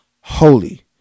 holy